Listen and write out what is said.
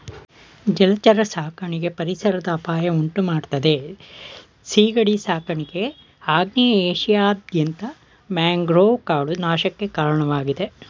ಜಲಚರ ಸಾಕಣೆ ಪರಿಸರದ ಅಪಾಯ ಉಂಟುಮಾಡ್ತದೆ ಸೀಗಡಿ ಸಾಕಾಣಿಕೆ ಆಗ್ನೇಯ ಏಷ್ಯಾದಾದ್ಯಂತ ಮ್ಯಾಂಗ್ರೋವ್ ಕಾಡು ನಾಶಕ್ಕೆ ಕಾರಣವಾಗಿದೆ